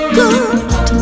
good